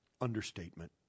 understatement